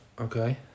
Okay